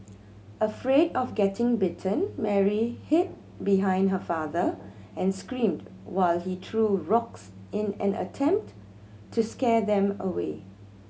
afraid of getting bitten Mary hid behind her father and screamed while he threw rocks in an attempt to scare them away